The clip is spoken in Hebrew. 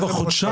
כבר חודשיים.